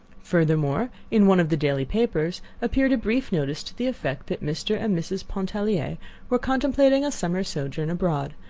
furthermore, in one of the daily papers appeared a brief notice to the effect that mr. and mrs. pontellier were contemplating a summer sojourn abroad,